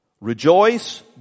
Rejoice